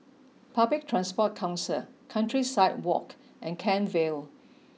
Public Transport Council Countryside Walk and Kent Vale